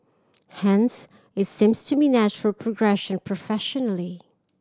hence it seems to me a natural progression professionally